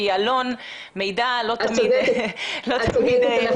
את צודקת.